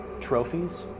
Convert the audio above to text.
trophies